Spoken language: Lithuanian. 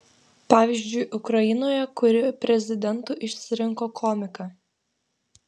pavyzdžiui ukrainoje kuri prezidentu išsirinko komiką